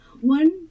one